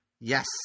Yes